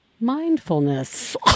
mindfulness